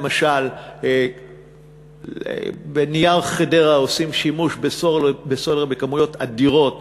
למשל ב"נייר חדרה" עושים שימוש בסולר בכמויות אדירות,